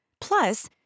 Plus